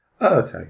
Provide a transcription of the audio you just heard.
Okay